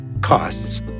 costs